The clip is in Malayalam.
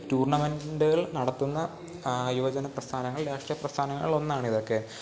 ടൂർണമെൻ്റുകൾ നടത്തുന്ന യുവജന പ്രസ്ഥാനങ്ങൾ രാഷ്ട്രീയ പ്രസ്ഥാനങ്ങളിൽ ഒന്നാണ് ഇതൊക്കെ